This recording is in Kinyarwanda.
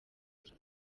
cye